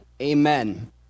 amen